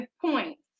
points